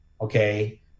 okay